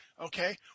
okay